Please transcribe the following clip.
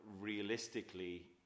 realistically